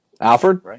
Alfred